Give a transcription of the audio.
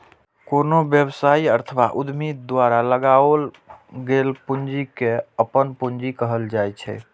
कोनो व्यवसायी अथवा उद्यमी द्वारा लगाओल गेल पूंजी कें अपन पूंजी कहल जाइ छै